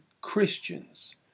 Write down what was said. Christians